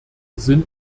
sind